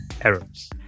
errors